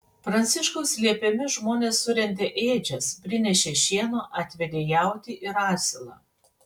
pranciškaus liepiami žmonės surentė ėdžias prinešė šieno atvedė jautį ir asilą